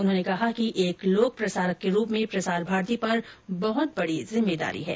उन्होंने कहा कि एक लोक प्रसारक के रूप में प्रसार भारती पर बहत बड़ी जिम्मेदारी है